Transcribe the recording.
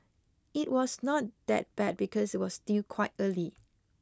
it was not that bad because it was still quite early